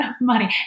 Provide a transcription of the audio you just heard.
money